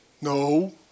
No